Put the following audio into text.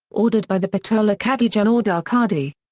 ordered by the bitola kadija ajdar-kadi.